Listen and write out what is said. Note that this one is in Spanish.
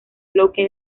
bloque